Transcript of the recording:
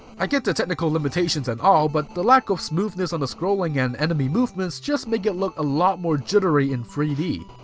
i get the technical limitations and all, but the lack of smoothness on the scrolling and enemy movements just make it look a lot more jittery in three d.